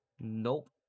Nope